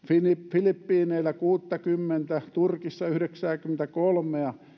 filippiineillä kuuttakymmentä turkissa yhdeksääkymmentäkolmea